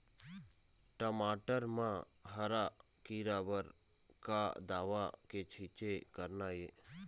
टमाटर म हरा किरा बर का दवा के छींचे करना ये?